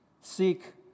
seek